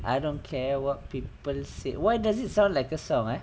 I don't care what people say why does it sound like a song ah